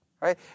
Right